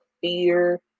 fear